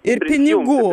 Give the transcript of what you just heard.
ir pinigų